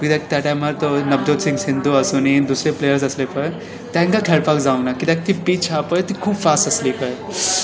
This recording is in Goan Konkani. कित्याक त्या टायमार तो नवज्योत सिंग सिंधू आसूनी दुसरे प्लेयर्स आसले पळय तांकां खेळपाक जावना कित्याक ती पीच आसली आसा पळय ती खूब फास्ट आसली खंय